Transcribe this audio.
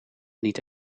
niet